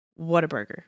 Whataburger